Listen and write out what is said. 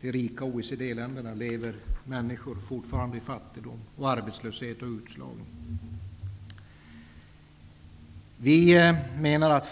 de rika OECD länderna lever människor fortfarande i fattigdom och arbetslöshet, och därmed blir de utslagna.